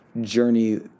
journey